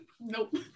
nope